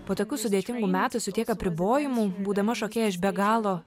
po tokių sudėtingų metų su tiek apribojimų būdama šokėja aš be galo